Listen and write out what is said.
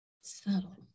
subtle